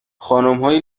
خانمهای